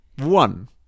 One